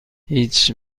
هیچ